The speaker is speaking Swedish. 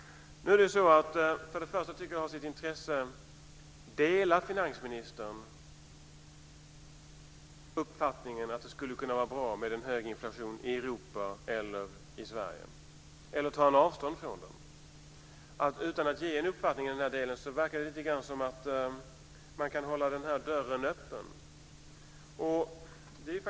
Jag tycker att det är av intresse att få veta om finansministern delar uppfattningen att det skulle kunna vara bra med en hög inflation i Europa eller i Sverige, eller om han tar avstånd från det. Genom att inte komma med en egen uppfattning verkar det lite som om han vill hålla dörren öppen.